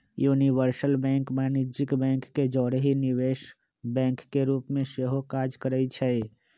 universal bank वाणिज्यिक bank के जौरही निवेश बैंक के रूप में सेहो काज करइ छै